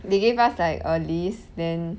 they gave us like a list then